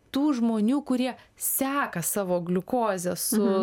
tų žmonių kurie seka savo gliukozę su